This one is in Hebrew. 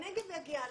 שהנגב יגיע לממשלה.